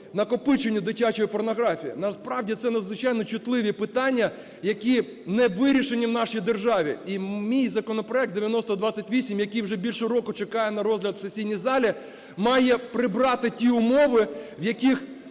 накопиченню дитячої порнографії. Насправді це надзвичайно чутливі питання, які не вирішені в нашій державі. І мій законопроект 9028, який вже більше року чекає на розгляд в сесійній залі, має прибрати ті умови, в яких